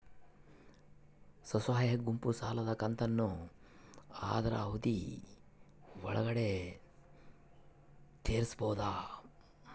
ಸ್ವಸಹಾಯ ಗುಂಪು ಸಾಲದ ಕಂತನ್ನ ಆದ್ರ ಅವಧಿ ಒಳ್ಗಡೆ ತೇರಿಸಬೋದ?